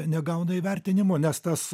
negauna įvertinimų nes tas